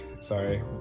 sorry